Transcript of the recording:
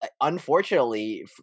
unfortunately